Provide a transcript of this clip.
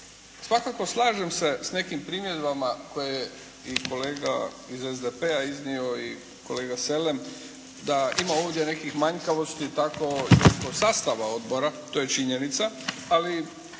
Svakako slažem se sa nekim primjedbama koje je i kolega iz SDP-a iznio i kolega Selem, da ima ovdje nekih manjkavosti tako i kod sastava odbora, to je činjenica, ali